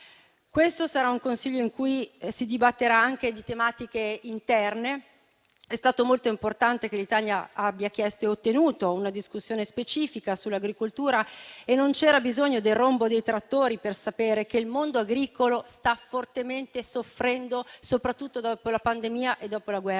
questo Consiglio europeo si dibatterà anche di tematiche interne. È stato molto importante che l'Italia abbia chiesto e ottenuto una discussione specifica sull'agricoltura e non c'era bisogno del rombo dei trattori per sapere che il mondo agricolo sta fortemente soffrendo, soprattutto dopo la pandemia e dopo la guerra